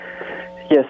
Yes